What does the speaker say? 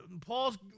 Paul's